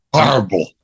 horrible